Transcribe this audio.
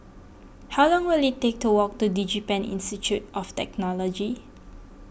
how long will it take to walk to DigiPen Institute of Technology